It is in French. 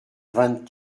vingt